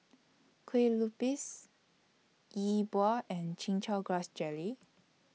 Kue Lupis Yi Bua and Chin Chow Grass Jelly